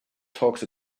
talks